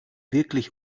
wirklich